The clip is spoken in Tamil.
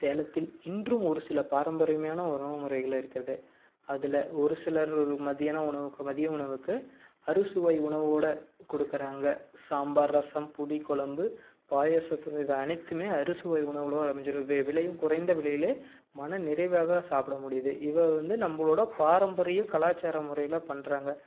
சேலத்தில் இன்றும் ஒரு சில பாரம்பரிமியான உணவு முறைகள் இருக்கிறது அதில் ஒரு சிலர் மதியான உணவுக்கு மதியம் உணவுக்கு அறுசுவை உணவோடு குடுக்கிறாங்க சாம்பார் ரசம் பொடி குழம்பு பாயசத்துக்கு இவை அனைத்துமே அறுசுவை உணவுளோட அமைஞ்சிடுது விலையும் குறைந்த விலையிலே மனநிறைவாக சாப்பிட முடியுது இது வந்து நம்மளோட பாரம்பரிய கலாச்சார முறையில் பண்ணுறாங்க